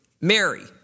Mary